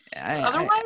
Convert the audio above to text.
otherwise